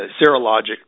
serologic